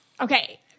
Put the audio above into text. Okay